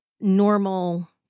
normal